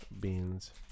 beans